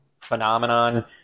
phenomenon